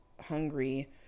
hungry